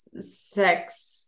sex